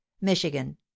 michigan